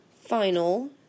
final